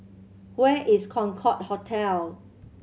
where is Concorde Hotel